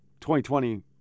2020